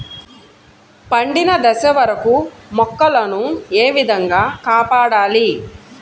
పండిన దశ వరకు మొక్కల ను ఏ విధంగా కాపాడాలి?